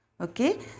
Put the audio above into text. okay